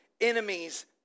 Enemies